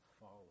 follow